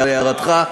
על הערתך,